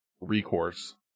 recourse